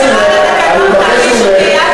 עשיתי עבירה על התקנון, תעניש אותי.